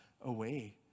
away